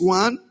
one